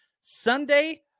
Sunday